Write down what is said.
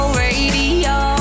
radio